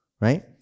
right